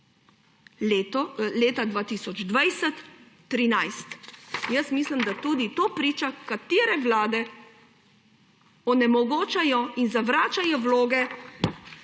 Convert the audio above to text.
leta 2020 – 13. Mislim, da tudi to priča, katere vlade onemogočajo in zavračajo vloge